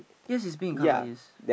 yes it's pink in colour yes